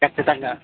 ఖచ్చితంగా